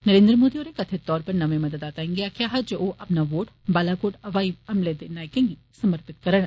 नरेंद्र मोदी होरें कथित तौर पर नमें मतदाताएं गी आक्खेआ हा जे ओह् अपना वोट बालाकोट हवाई हमले दे नायकें गी समर्पित करन